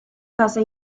casa